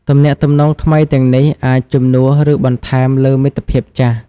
ទំនាក់ទំនងថ្មីទាំងនេះអាចជំនួស ឬបន្ថែមលើមិត្តភាពចាស់។